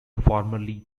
formerly